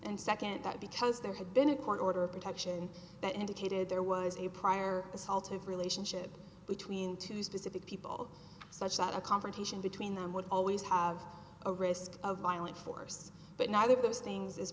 and second that because there had been a court order of protection that indicated there was a prior assault of relationship between two specific people such that a confrontation between them would always have a risk of violent force but neither of those things